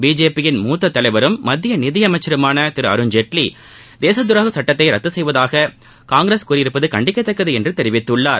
BJP யின் மூத்த தலைவரும் மத்திய நிதியமைச்சருமான திரு அருண்ஜேட்லி தேசத்தரோக சட்டத்தை ரத்து செய்வதாக காங்கிரஸ் கூறியிருப்பது கண்டிக்கத்தக்கது என்று தெரிவித்துள்ளார்